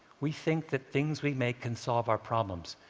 we think the things we make can solve our problems,